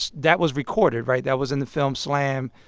that was recorded, right? that was in the film slam.